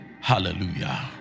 hallelujah